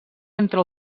entre